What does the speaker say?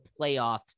playoffs